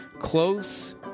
Close